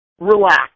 relax